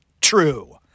true